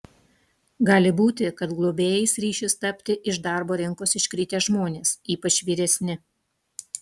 gali būti kad globėjais ryšis tapti iš darbo rinkos iškritę žmonės ypač vyresni